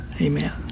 amen